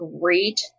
great